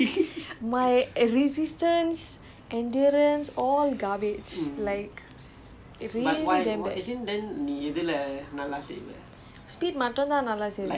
I think resis~ okay resistance is my least favourite because I am the worst at it my resistance endurance all garbage like